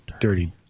dirty